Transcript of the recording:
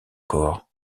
corps